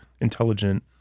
intelligent